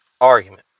argument